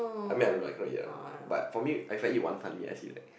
I mean I don't know I cannot eat ah but for me if I eat Wanton-Mee I say that